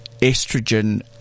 Estrogen